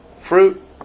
fruit